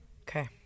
Okay